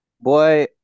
Boy